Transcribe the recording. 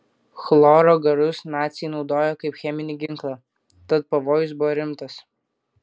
chloro garus naciai naudojo kaip cheminį ginklą tad pavojus buvo rimtas